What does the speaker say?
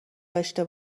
داشته